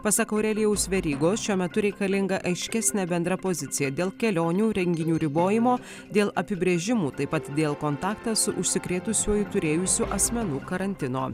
pasak aurelijaus verygos šiuo metu reikalinga aiškesnė bendra pozicija dėl kelionių renginių ribojimo dėl apibrėžimų taip pat dėl kontaktą su užsikrėtusiuoju turėjusių asmenų karantino